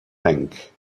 tank